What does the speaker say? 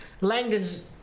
Langdon's